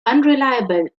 unreliable